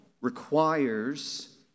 requires